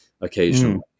occasionally